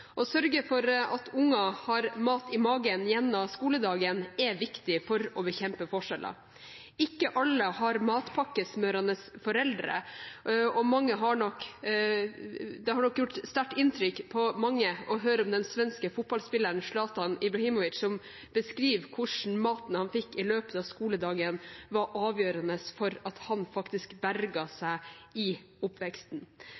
Å sørge for at unger har mat i magen gjennom skoledagen, er viktig for å bekjempe forskjeller. Ikke alle har matpakkesmørende foreldre, og det har nok gjort sterkt inntrykk på mange å høre om den svenske fotballspilleren Zlatan Ibrahimovic som beskriver hvordan maten han fikk i løpet av skoledagen, var avgjørende for at han faktisk berget seg i oppveksten.